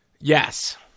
Yes